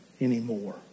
anymore